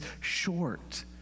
short